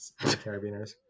Carabiners